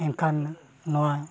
ᱮᱱᱠᱷᱟᱱ ᱱᱚᱣᱟ